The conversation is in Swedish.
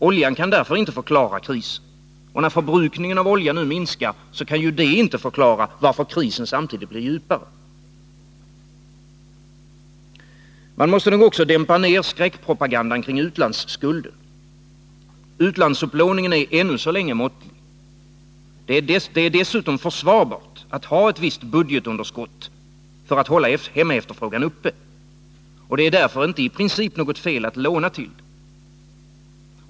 Oljan kan därför inte förklara krisen. Och när förbrukningen av olja nu minskar, kan ju inte det förklara varför krisen samtidigt blir djupare. Man måste också dämpa ner skräckpropagandan kring utlandsskulden. Utlandsupplåningen är ännu så länge måttlig. Det är dessutom försvarbart att ha ett visst budgetunderskott för att hålla hemmaefterfrågan uppe. Det är därför i princip inget fel att låna till det.